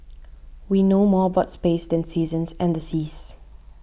we know more about space than seasons and the seas